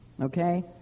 okay